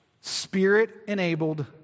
Spirit-enabled